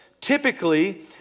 typically